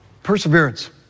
perseverance